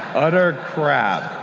utter crap